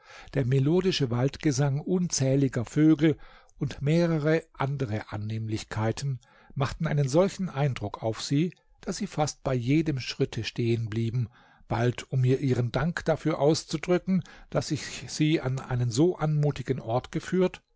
der melodische waldgesang unzähliger vögel und mehrere andere annehmlichkeiten machten einen solchen eindruck auf sie daß sie fast bei jedem schritte stehen blieben bald um mir ihren dank dafür auszudrücken daß ich sie an einen so anmutigen ort geführt